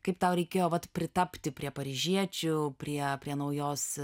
kaip tau reikėjo vat pritapti prie paryžiečių prie prie naujos